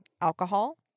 alcohol